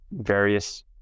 various